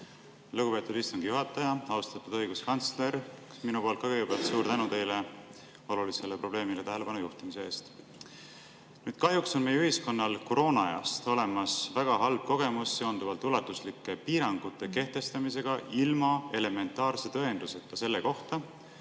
Lugupeetud istungi juhataja! Austatud õiguskantsler, kõigepealt suur tänu teile olulisele probleemile tähelepanu juhtimise eest! Kahjuks on meie ühiskonnal koroonaajast olemas väga halb kogemus seonduvalt ulatuslike piirangute kehtestamisega ilma elementaarse tõenduseta selle kohta,